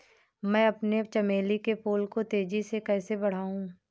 मैं अपने चमेली के फूल को तेजी से कैसे बढाऊं?